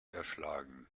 erschlagen